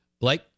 Blake